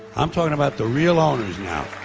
i'm talking about the real owners now,